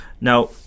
Now